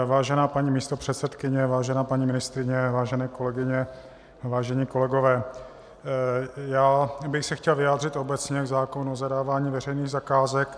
Vážená paní místopředsedkyně, vážená paní ministryně, vážené kolegyně, vážení kolegové, já bych se chtěl vyjádřit obecně k zákonu o zadávání veřejných zakázek.